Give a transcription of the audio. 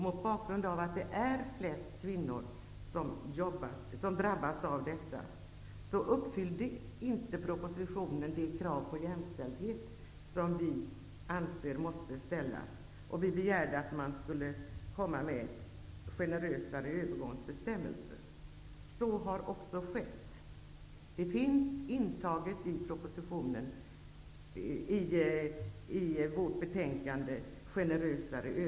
Mot bakgrund av att det oftast är kvinnor som drabbas av detta uppfyllde inte propositionen det krav på jämställdhet som vi anser måste ställas. Vi begärde att man skulle föreslå generösare övergångsbestämmelser. Så har också skett, och detta finns intaget i vårt betänkande.